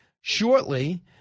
Shortly